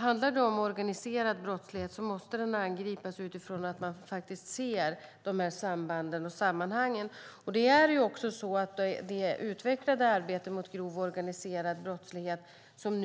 Handlar det om organiserad brottslighet måste den angripas utifrån att man faktiskt ser dessa samband och sammanhang. Det utvecklade arbete mot grov och organiserad brottslighet som